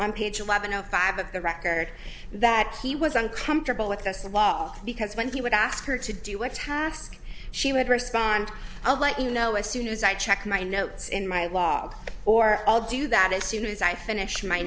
on page eleven zero five of the record that he was uncomfortable with us law because when he would ask her to do a task she would respond i'll let you know as soon as i check my notes in my log or all do that as soon as i finish my